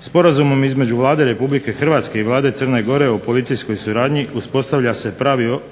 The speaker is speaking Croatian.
Sporazumom između Vlade Republike Hrvatske i Vlade Crne Gore o policijskoj suradnji uspostavlja se